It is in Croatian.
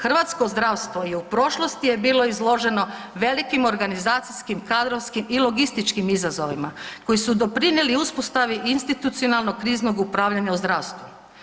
Hrvatsko zdravstvo je u prošlosti bilo izloženo velikim organizacijskim, kadrovskim i logističkim izazovima koji su doprinijeli uspostavi institucionalnog kriznog upravljanja u zdravstvu.